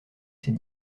ses